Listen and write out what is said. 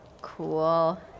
Cool